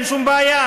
אין שום בעיה.